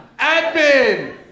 admin